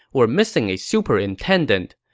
were missing a superintendent.